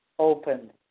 open